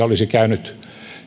olisi käynyt